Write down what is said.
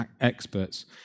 experts